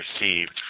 received